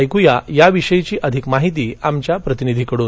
ऐकूया त्याविषयी अधिक माहिती आमच्या प्रतिनिधी कडून